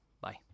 Bye